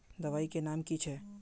दबाई के नाम की छिए?